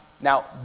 Now